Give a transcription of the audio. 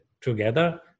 together